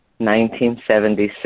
1976